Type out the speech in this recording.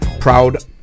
proud